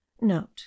Note